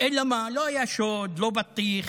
אלא מה, לא היה שוד ולא בטיח.